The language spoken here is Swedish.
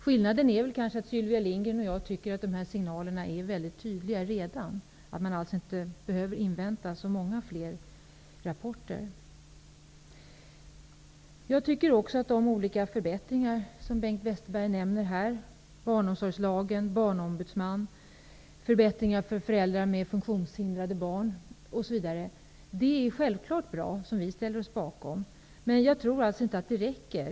Skillnaden är kanske att Sylvia Lindgren och jag tycker att signalerna redan är väldigt tydliga, att man alltså inte behöver invänta så många fler rapporter. Jag tycker också att de olika förbättringar som Bengt Westerberg nämner -- barnomsorgslagen, barnombudsman, förbättringar för föräldrar med funktionshindrade barn osv. -- självklart är bra. Vi ställer oss bakom dem. Men jag tror inte att det räcker.